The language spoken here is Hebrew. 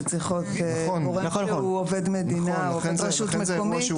זה צריך להיות גורם שהוא עובד מדינה או עובד רשות מקומית.